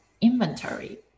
inventory